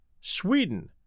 Sweden